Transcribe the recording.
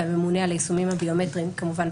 ואצל הממונה על היישומים הביומטריים כמובן,